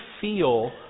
feel